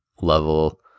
level